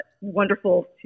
wonderful